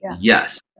Yes